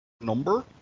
number